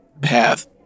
path